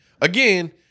again